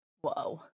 Whoa